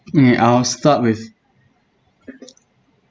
mm I'll start with